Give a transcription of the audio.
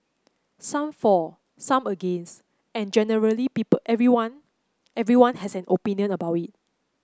some for some against and generally people everyone everyone has an opinion about it